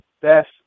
best